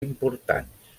importants